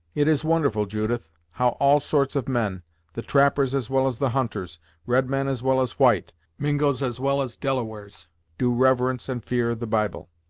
it is wonderful, judith, how all sorts of men the trappers as well as the hunters red-men as well as white mingos as well as delawares do reverence and fear the bible!